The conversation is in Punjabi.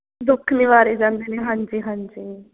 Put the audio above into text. ਦੁੱਖ ਨਿਵਾਰੇ ਜਾਂਦੇ ਨੇ ਹਾਂਜੀ ਹਾਂਜੀ